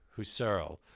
Husserl